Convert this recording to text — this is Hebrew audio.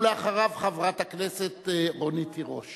4 רונית תירוש